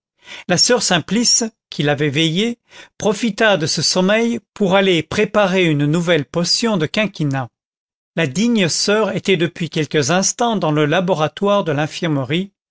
la soeur simplice qui l'avait veillée profita de ce sommeil pour aller préparer une nouvelle potion de quinquina la digne soeur était depuis quelques instants dans le laboratoire de l'infirmerie